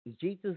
Jesus